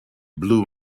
blue